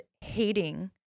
hating